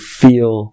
feel